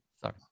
Sorry